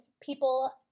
people